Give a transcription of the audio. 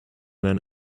men